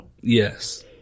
Yes